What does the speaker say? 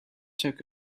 took